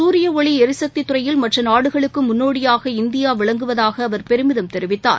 சூரிய ஒளி எரிசக்தித் துறையில் மற்ற நாடுகளுக்கு முன்னோடியாக இந்தியா விளங்குவதாக அவர் பெருமிதம் தெரிவித்தார்